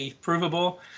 provable